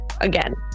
again